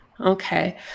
Okay